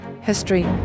history